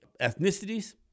ethnicities